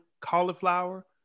cauliflower